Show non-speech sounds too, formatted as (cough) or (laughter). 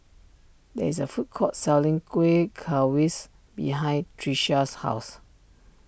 there is a food court selling Kuih (unintelligible) behind Trisha's house